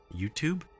YouTube